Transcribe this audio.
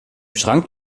schrank